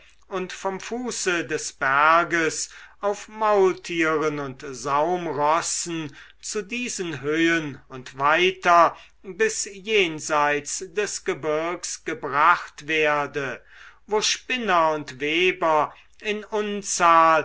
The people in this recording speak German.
und vom fuße des berges auf maultieren und saumrossen zu diesen höhen und weiter bis jenseits des gebirgs gebracht werde wo spinner und weber in unzahl